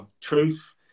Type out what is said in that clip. Truth